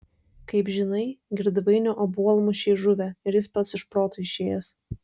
kaip žinai girdvainio obuolmušiai žuvę ir jis pats iš proto išėjęs